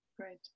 Great